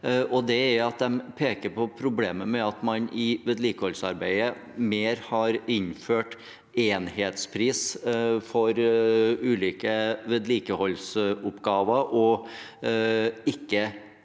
det er at de peker på problemet med at man i vedlikeholdsarbeidet har innført mer enhetspris for ulike vedlikeholdsoppgaver og ikke